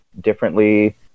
differently